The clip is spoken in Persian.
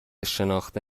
شناخته